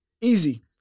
Easy